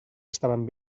estaven